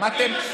שמעתם?